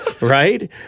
right